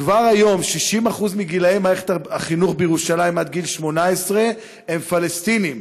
כבר היום 60% מגילאי מערכת החינוך בירושלים עד גיל 18 הם פלסטינים,